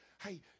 Hey